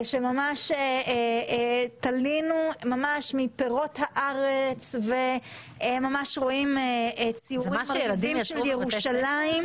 שתלינו מפירות הארץ ורואים ציורים של ירושלים,